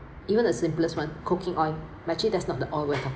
even the simplest one cooking oil actually is not the oil that we are talk~